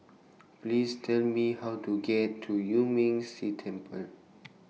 Please Tell Me How to get to Yuan Ming Si Temple